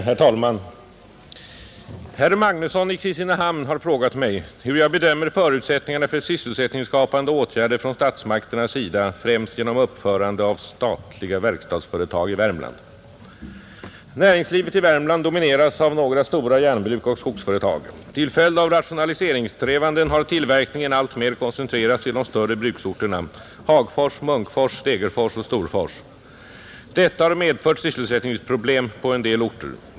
Herr talman! Herr Magnusson i Kristinehamn har frågat mig, hur jag bedömer förutsättningarna för sysselsättningsskapande åtgärder från statsmakternas sida, främst genom uppförandet av statliga verkstadsföretag i Värmland, Näringslivet i Värmland domineras av några stora järnbruk och skogsföretag. Till följd av rationaliseringssträvanden har tillverkningen allt mer koncentrerats till de större bruksorterna, Hagfors, Munkfors, Degerfors och Storfors. Detta har medfört sysselsättningsproblem på en del orter.